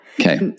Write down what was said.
Okay